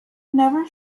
never